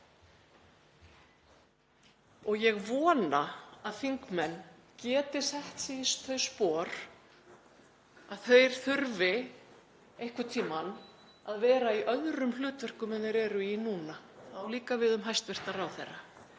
Ég vona að þingmenn geti sett sig í þau spor að þeir þurfi einhvern tímann að vera í öðrum hlutverkum en þeir eru í núna. Það á líka við um hæstv. ráðherra.